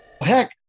heck